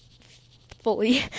fully